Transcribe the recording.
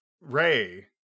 Ray